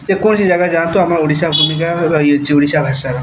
ଯେକୌଣସି ଜାଗା ଯାଆନ୍ତୁ ଆମର ଓଡ଼ିଶା ଭୂମିକା ରହିଅଛି ଓଡ଼ିଶା ଭାଷାର